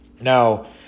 Now